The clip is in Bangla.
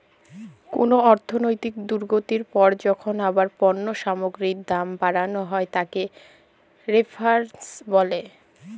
কোন অর্থনৈতিক দুর্গতির পর যখন আবার পণ্য সামগ্রীর দাম বাড়ানো হয় তাকে রেফ্ল্যাশন বলে